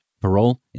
parole